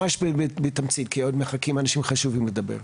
ממש בתמצית, כי עוד מחכים אנשים חשובים לדבר.